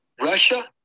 Russia